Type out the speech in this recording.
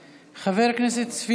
חבר הכנסת יעקב מרגי, אינו נוכח.